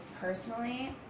personally